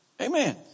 Amen